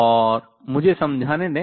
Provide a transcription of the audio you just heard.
और मुझे समझाने दें